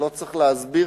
שלא צריך להסביר,